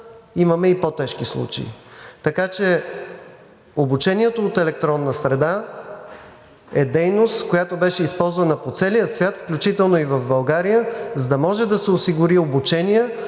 имаме и по-тежки случаи. Така че обучението от електронна среда е дейност, която беше използвана по целия свят, включително и в България, за да може да се осигури обучение,